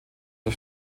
der